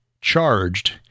charged